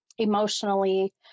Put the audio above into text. emotionally